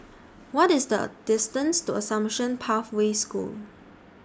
What IS The distance to Assumption Pathway School